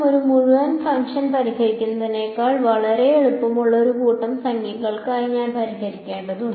ഒരു മുഴുവൻ ഫംഗ്ഷനും പരിഹരിക്കുന്നതിനേക്കാൾ വളരെ എളുപ്പമുള്ള ഒരു കൂട്ടം സംഖ്യകൾക്കായി ഞാൻ പരിഹരിക്കേണ്ടതുണ്ട്